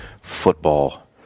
football